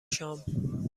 شام